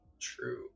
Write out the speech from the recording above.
true